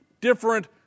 different